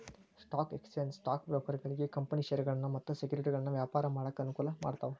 stock exchange stock ಬ್ರೋಕರ್ಗಳಿಗಿ company ಷೇರಗಳನ್ನ ಮತ್ತ ಸೆಕ್ಯುರಿಟಿಗಳನ್ನ ವ್ಯಾಪಾರ ಮಾಡಾಕ ಅನುಕೂಲ ಮಾಡ್ತಾವ